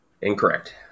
Incorrect